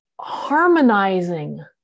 harmonizing